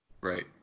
Right